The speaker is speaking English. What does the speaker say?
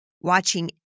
watching